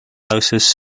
houses